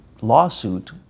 lawsuit